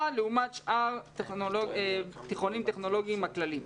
לעומת שאר התיכונים הטכנולוגיים הכללים?